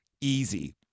Easy